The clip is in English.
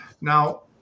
Now